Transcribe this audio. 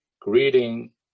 greeting